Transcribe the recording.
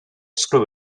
screw